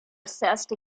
assessed